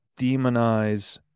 demonize